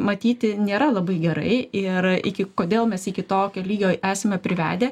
matyti nėra labai gerai ir iki kodėl mes iki tokio lygio esame privedę